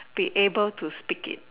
be able to speak it